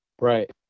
Right